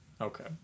Okay